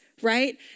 right